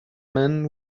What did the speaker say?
men